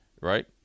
right